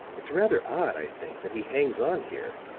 it's rather odd, i think, that he hangs on here,